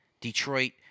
Detroit